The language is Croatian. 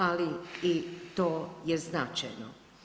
Ali i to je značajno.